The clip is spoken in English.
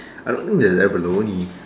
I don't think there's abalone